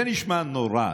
זה נשמע נורא.